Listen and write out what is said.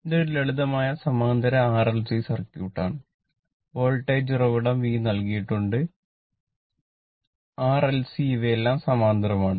ഇതൊരു ലളിതമായ സമാന്തര RLC സർക്യൂട്ട് ആണ് വോൾട്ടേജ് ഉറവിടം V നൽകിയിരിക്കുന്നു R L C ഇവയെല്ലാം സമാന്തരമാണ്